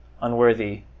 unworthy